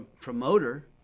promoter